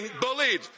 bullied